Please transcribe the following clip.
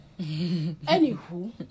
anywho